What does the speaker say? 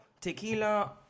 tequila